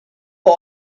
for